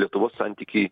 lietuvos santykiai